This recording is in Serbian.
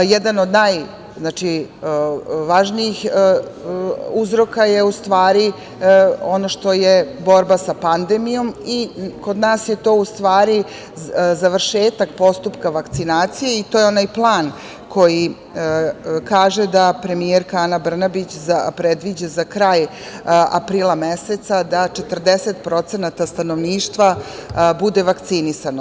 Jedan od najvažnijih uzroka je ono što je borba sa pandemijom i kod nas je to u stvari, završetak postupka vakcinacije, i to je onaj plan koji kaže da premijerka Ana Brnabić, predviđa za kraj aprila meseca da 40% stanovništva bude vakcinisano.